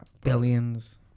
Billions